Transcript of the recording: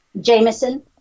Jameson